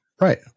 Right